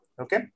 Okay